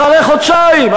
אחרי חודשיים?